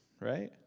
right